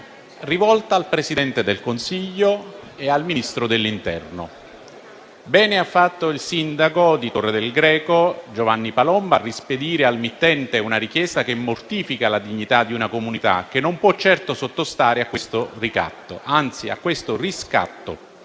rivolta al Presidente del Consiglio e al Ministro dell'interno. Bene ha fatto il sindaco di Torre del Greco, Giovanni Palomba, a rispedire al mittente una richiesta che mortifica la dignità di una comunità che non può certo sottostare a questo ricatto, anzi a questo riscatto.